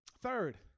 Third